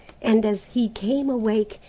and as he came awake,